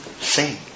sing